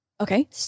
Okay